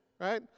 right